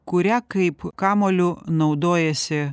kuria kaip kamuoliu naudojasi